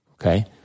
okay